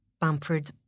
Bamford